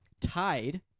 Tied